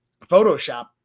Photoshop